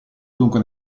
dunque